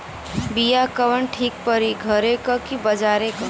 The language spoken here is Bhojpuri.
बिया कवन ठीक परी घरे क की बजारे क?